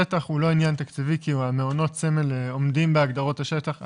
השטח הוא לא עניין תקציבי כי מעונות הסמל עומדים בהגדרות השטח.